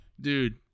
Dude